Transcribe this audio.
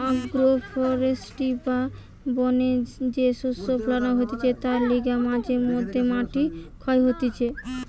agro forestry বা বনে যে শস্য ফোলানো হতিছে তার লিগে মাঝে মধ্যে মাটি ক্ষয় হতিছে